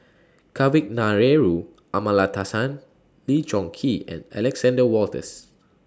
Kavignareru Amallathasan Lee Choon Kee and Alexander Wolters